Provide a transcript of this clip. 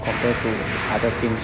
compare to other things